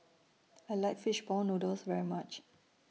I like Fish Ball Noodles very much